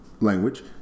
language